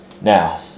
now